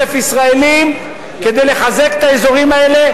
ישראלים כדי לחזק את האזורים האלה,